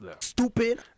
Stupid